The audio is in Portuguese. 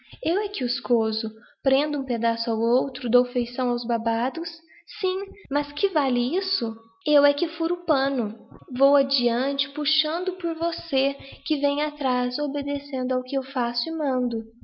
eu é que coso prendo um pedaço ao outro dou feição aos babados sim mas que vale isso eu é que furo o pai de ante puxando por você que vem atraz obedecendo ao que eu faço e mando